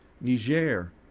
Niger